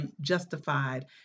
justified